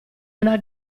una